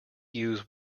use